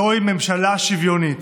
זוהי ממשלה שוויונית.